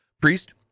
Priest